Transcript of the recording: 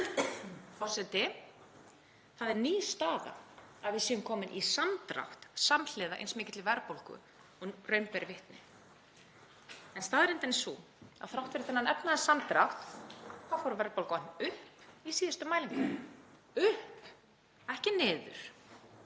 Það er ný staða að við séum komin í samdrátt samhliða jafn mikilli verðbólgu og raun ber vitni. En staðreyndin er sú að þrátt fyrir þennan efnahagssamdrátt þá fór verðbólgan upp í síðustu mælingu. Upp en ekki niður.